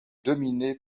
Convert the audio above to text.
dominé